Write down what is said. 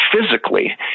physically